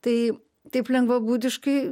tai taip lengvabūdiškai